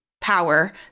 power